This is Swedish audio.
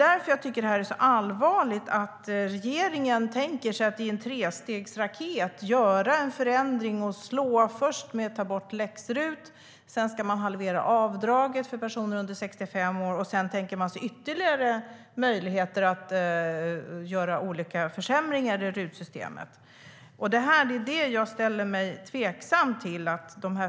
Därför tycker jag att detta är allvarligt. Regeringen tänker sig att i en trestegsraket och göra en förändring. Först tar man bort läx-RUT, sedan ska man halvera avdraget för personer under 65 år, och sedan tänker man sig ytterligare möjligheter att göra försämringar i RUT-systemet. Jag ställer mig tveksam till detta.